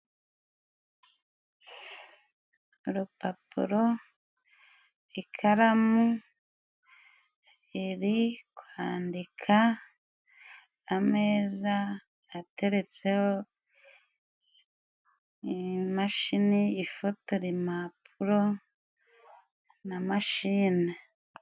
Urupapuro, ikaramu iri kwandika, ameza ateretseho imashini ifotora impapuro na mashine.